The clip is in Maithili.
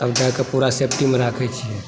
हम गायके पुरा सेफ्टीमे राखै छी